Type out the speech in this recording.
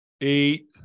eight